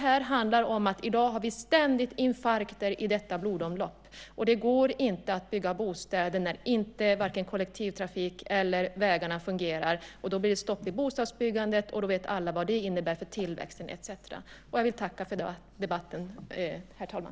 I dag har vi ständiga infarkter i detta blodomlopp, och det går inte att bygga bostäder när varken kollektivtrafiken eller vägarna fungerar. Då blir det stopp i bostadsbyggandet, och alla vet vad det innebär för tillväxten etcetera. Jag vill tacka för debatten, herr talman.